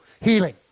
Healing